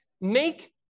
make